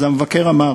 אז המבקר אמר.